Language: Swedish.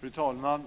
Fru talman!